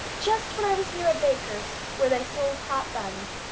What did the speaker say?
just when i was near a baker's where they sold hot buns,